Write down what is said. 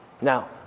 Now